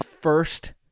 first